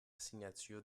signature